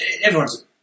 Everyone's